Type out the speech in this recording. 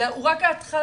אלא הוא רק ההתחלה.